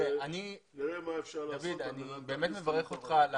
תראה דוד אני באמת מברך אותך על